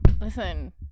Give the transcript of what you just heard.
Listen